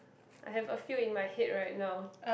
I have a few in my head right now